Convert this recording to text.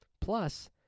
Plus